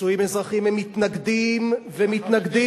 לנישואים אזרחיים הם מתנגדים ומתנגדים.